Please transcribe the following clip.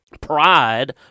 pride